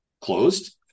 closed